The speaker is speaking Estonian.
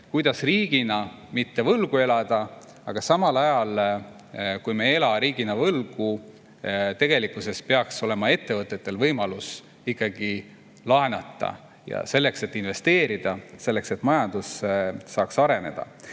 kuidas riigina mitte võlgu elada, aga samal ajal, kui me ei ela riigina võlgu, peaks olema ettevõtetel võimalus ikkagi laenata, selleks et investeerida, selleks et majandus saaks areneda.